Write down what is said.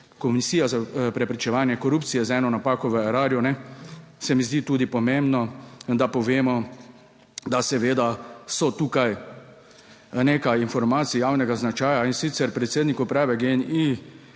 Komisija za preprečevanje korupcije z eno napako v Erarju ne, se mi zdi tudi pomembno, da povemo, da seveda so tukaj nekaj informacij javnega značaja, in sicer predsednik uprave Geni